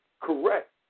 correct